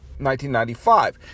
1995